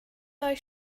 euch